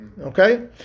Okay